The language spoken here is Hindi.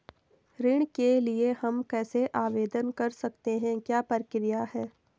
ऋण के लिए हम कैसे आवेदन कर सकते हैं क्या प्रक्रिया है?